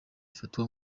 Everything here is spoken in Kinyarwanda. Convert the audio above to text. ifatwa